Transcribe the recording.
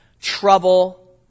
trouble